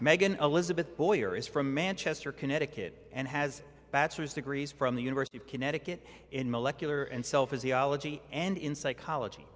meghan elizabeth boyer is from manchester connecticut and has bachelor's degrees from the university of connecticut in molecular and cell physiology and in psychology